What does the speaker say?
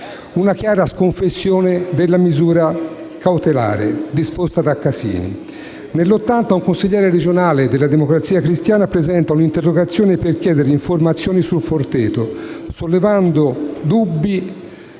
una chiara sconfessione della misura cautelare disposta da Casini. Nel 1980 un consigliere regionale della Democrazia Cristiana presenta una interrogazione per chiedere informazioni sul Forteto, sollevando dubbi